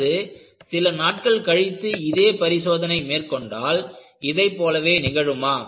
அல்லது சில நாட்கள் கழித்து இதே பரிசோதனை மேற்கொண்டால் இதைப்போலவே நிகழுமா